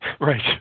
Right